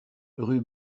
rue